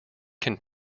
can